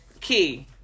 key